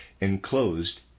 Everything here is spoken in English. enclosed